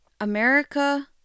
America